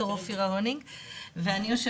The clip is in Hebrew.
ולמרות